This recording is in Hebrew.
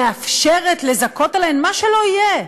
מאפשרת לזכות עליהן, מה שלא יהיה.